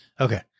Okay